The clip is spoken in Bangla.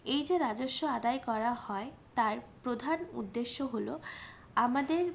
এই যে রাজস্ব আদায় করা হয় তার প্রধান উদ্দেশ্য হল আমাদের